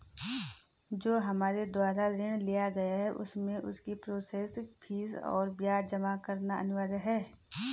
जो हमारे द्वारा ऋण लिया गया है उसमें उसकी प्रोसेस फीस और ब्याज जमा करना अनिवार्य है?